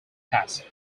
task